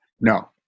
No